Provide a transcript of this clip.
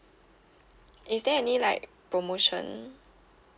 is there any like promotion